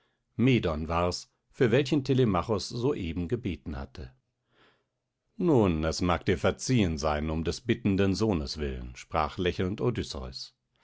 medon war's für welchen telemachos so eben gebeten hatte nun es mag dir verziehen sein um des bittenden sohnes willen sprach lächelnd odysseus